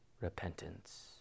repentance